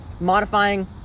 modifying